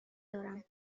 دارم